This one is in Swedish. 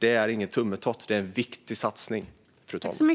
Det är ingen tummetott. Det är en viktig satsning, fru talman.